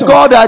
God